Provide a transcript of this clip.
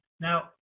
Now